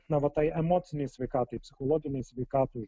na vat tai emocinei sveikatai psichologinei sveikatai